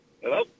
Hello